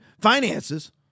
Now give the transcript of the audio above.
finances